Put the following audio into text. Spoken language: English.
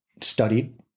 studied